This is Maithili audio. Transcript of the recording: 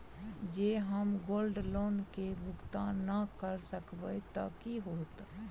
जँ हम गोल्ड लोन केँ भुगतान न करऽ सकबै तऽ की होत?